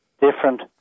different